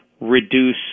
reduce